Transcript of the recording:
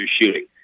shooting